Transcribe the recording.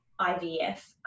IVF